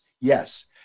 Yes